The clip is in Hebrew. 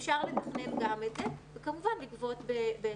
אפשר לתכנן גם את זה וכמובן לגבות בהתאם.